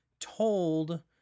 told